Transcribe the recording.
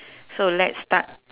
so let's start